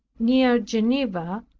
near geneva,